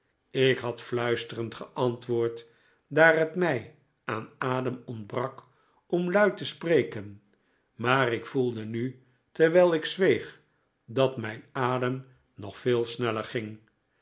ik had fluisterend geantwoord daar het mij aan adem ontbrak om luid te spreken maar ik voelde nu terwijl ik zweeg dat mijn adem nog veel sneller ging